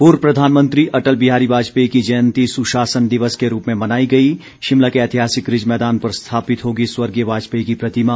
पूर्व प्रधानमंत्री अटल बिहारी वाजपेयी की जंयती सुशासन दिवस के रूप में मनाई गई शिमला के ऐतिहासिक रिज मैदान पर स्थापित होगी स्वर्गीय वाजपेयी की प्रतिमा